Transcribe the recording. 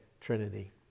Trinity